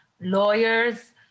lawyers